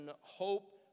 hope